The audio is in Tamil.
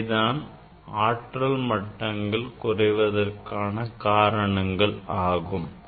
இவைதான் ஆற்றல் குறைவதற்கான காரணங்கள் ஆகும்